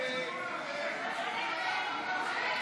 ההצעה להעביר לוועדה את הצעת